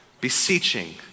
beseeching